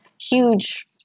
huge